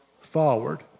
forward